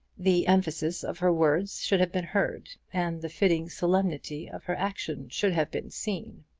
the emphasis of her words should have been heard, and the fitting solemnity of her action should have been seen.